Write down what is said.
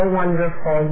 wonderful